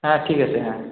হ্যাঁ ঠিক আছে হ্যাঁ